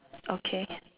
okay